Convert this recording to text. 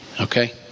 Okay